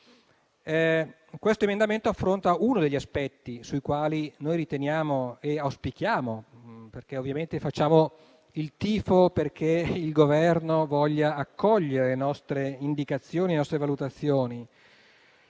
L'emendamento 5.0.104 affronta uno degli aspetti sui quali noi auspichiamo - perché ovviamente facciamo il tifo - che il Governo voglia accogliere le nostre indicazioni e le nostre valutazioni.